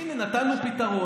הינה, נתנו פתרון.